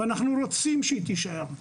ואנחנו רוצים שהיא תישאר.